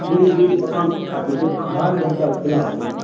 जी जी दोकान खुला छै दोकान तक खुला छै